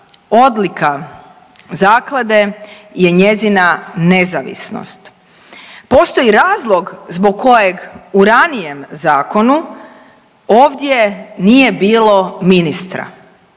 odlika zaklade je njezina nezavisnost. Postoji razlog zbog kojeg u ranijem zakonu ovdje nije bilo ministra,